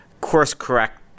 course-correct